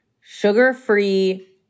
sugar-free